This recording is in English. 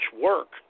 work